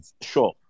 Sure